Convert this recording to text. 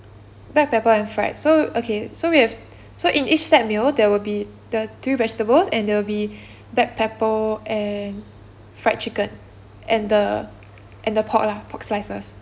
black pepper and fried so okay so we have so in each set meal there will be the three vegetables and there will be black pepper and fried chicken and the and the pork lah pork slices